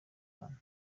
cyane